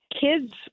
kids